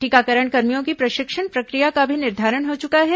टीकाकरण कर्मियों की प्रशिक्षण प्रक्रिया का भी निर्धारण हो चुका है